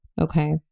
okay